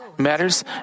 matters